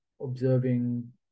observing